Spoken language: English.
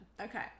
Okay